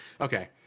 Okay